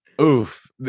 oof